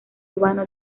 urbano